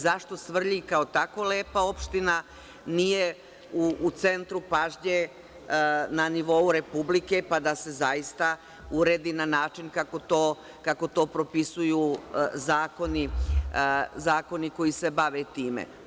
Zašto Svrljig kao tako lepa opština nije u centru pažnje na nivou Republike, pa da se zaista uredi na način kako to propisuju zakoni koji se bave time.